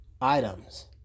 items